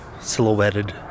silhouetted